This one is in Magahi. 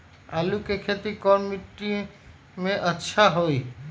आलु के खेती कौन मिट्टी में अच्छा होइ?